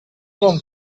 bon